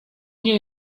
nie